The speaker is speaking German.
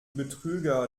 betrüger